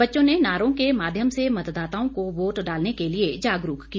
बच्चों ने नारों के माध्यम से मतदाताओं को वोट डालने के लिए जागरूक किया